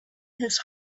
his